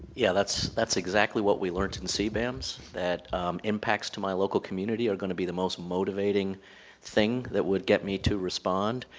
yeah, that's that's exactly what we learned in cbams, that impacts to my local community are goes to be the most motivating thing that would get me to respond.